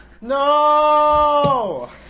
No